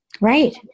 right